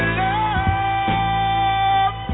love